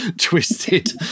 twisted